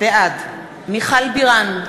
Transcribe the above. בעד מיכל בירן,